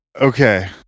Okay